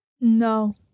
No